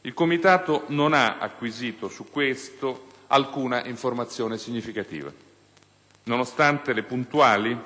Il Comitato non ha acquisito su questo alcuna informazione significativa, nonostante le puntuali e